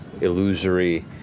illusory